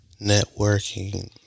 Networking